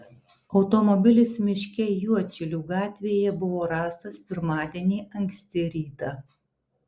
automobilis miške juodšilių gatvėje buvo rastas pirmadienį anksti rytą